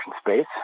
space